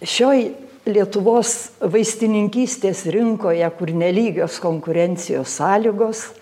šioj lietuvos vaistininkystės rinkoje kur nelygios konkurencijos sąlygos